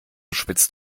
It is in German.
spitzt